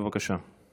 בבקשה.